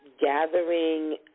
gathering